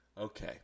Okay